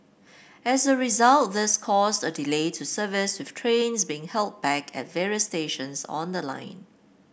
as a result this caused a delay to service with trains being held back at various stations on the line